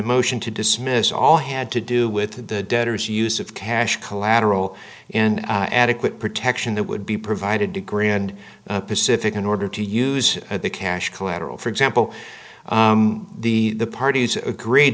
motion to dismiss all had to do with the debtor's use of cash collateral and adequate protection that would be provided to grand pacific in order to use the cash collateral for example the parties agreed